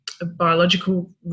biological